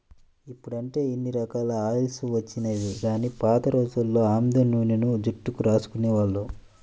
ఇప్పుడంటే ఇన్ని రకాల ఆయిల్స్ వచ్చినియ్యి గానీ పాత రోజుల్లో ఆముదం నూనెనే జుట్టుకు రాసుకునేవాళ్ళు